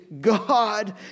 God